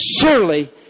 Surely